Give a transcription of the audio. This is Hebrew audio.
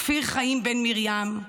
כפיר חיים בן מרים,